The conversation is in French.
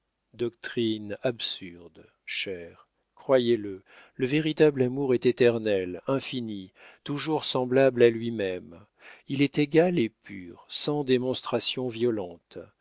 doctrine absurde cher croyez-le le véritable amour est éternel infini toujours semblable à lui-même il est égal et pur sans démonstrations violentes